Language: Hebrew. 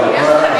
לא.